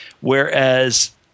Whereas